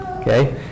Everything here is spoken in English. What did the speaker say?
okay